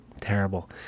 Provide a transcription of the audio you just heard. terrible